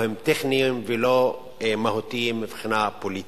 הם טכניים ולא מהותיים מבחינה פוליטית.